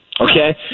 Okay